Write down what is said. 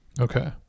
Okay